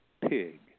pig